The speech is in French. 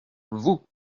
vous